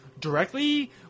directly